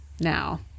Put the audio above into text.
now